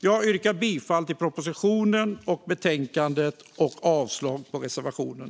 Jag yrkar bifall till propositionen och till utskottets förslag i betänkandet och avslag på reservationen.